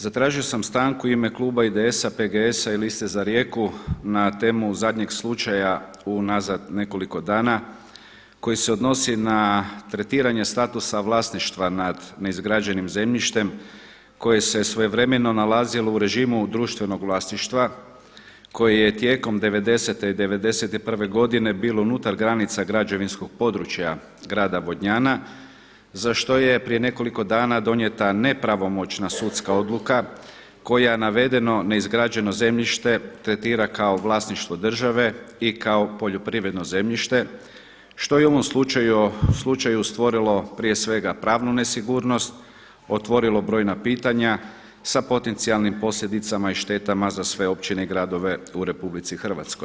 Zatražio sam stanku u ime kluba IDS-a, PGS-a i Liste za Rijeku na temu zadnjeg slučaja unazad nekoliko dana koji se odnosi na tretiranje statusa vlasništva nad neizgrađenim zemljištem koje se svojevremeno nalazilo u režimu društvenog vlasništva koji je tijekom devedesete i devedeset i prve godine bilo unutar granica građevinskog područja grada Vodnjana za što je prije nekoliko dana donijeta nepravomoćna sudska odluka koja navedeno neizgrađeno zemljište tretira kao vlasništvo države i kao poljoprivredno zemljište što je u ovom slučaju stvorilo prije svega pravnu nesigurnost, otvorilo brojna pitanja sa potencijalnim posljedicama i štetama za sve općine i gradove u RH.